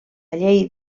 llei